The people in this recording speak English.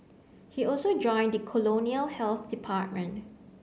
he also joined the colonial health department